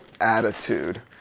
Attitude